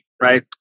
right